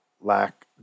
lack